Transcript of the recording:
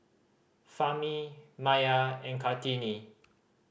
Fahmi Maya and Kartini